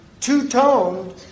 Two-toned